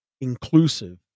inclusive